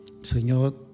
Señor